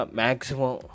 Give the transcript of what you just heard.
maximum